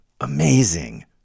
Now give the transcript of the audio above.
Amazing